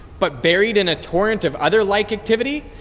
but buried in a torrent of other like activity?